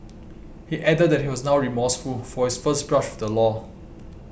he added that he was now remorseful for his first brush with the law